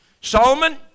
Solomon